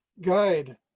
guide